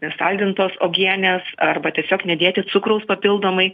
nesaldintos uogienės arba tiesiog nedėti cukraus papildomai